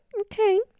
Okay